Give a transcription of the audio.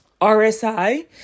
RSI